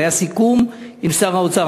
והיה סיכום עם שר האוצר,